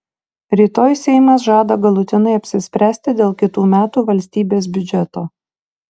rytoj seimas žada galutinai apsispręsti dėl kitų metų valstybės biudžeto